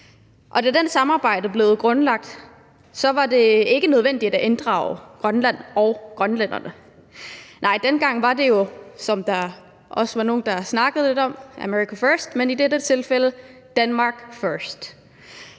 da det samarbejde blev grundlagt, var det ikke nødvendigt at inddrage Grønland og grønlænderne. Nej, dengang var det ikke – som der også var nogle, der har snakkede lidt om – America first, men Denmark first.